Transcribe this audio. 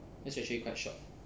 that's actually quite short